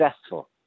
successful